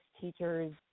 teachers